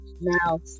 Now